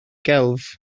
gelf